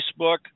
Facebook